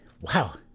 wow